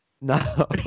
no